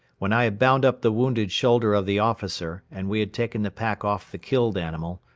when i had bound up the wounded shoulder of the officer and we had taken the pack off the killed animal,